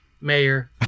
mayor